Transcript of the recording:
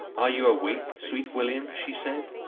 are you awake, sweet william? shee said,